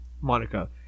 monica